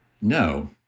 No